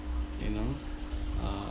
you know uh